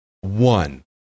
One